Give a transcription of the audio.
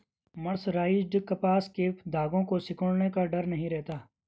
mercerised कपास के धागों के सिकुड़ने का डर नहीं रहता